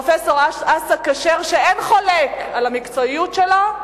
פרופסור אסא כשר, שאין חולק על המקצועיות שלו,